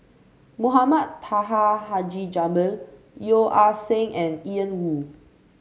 Mohamed Taha Haji Jamil Yeo Ah Seng and Ian Woo